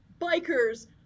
bikers